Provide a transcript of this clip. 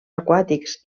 aquàtics